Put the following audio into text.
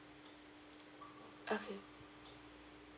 okay